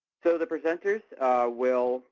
so the presenters will